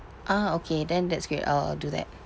ah okay then that's great I'll I'll do that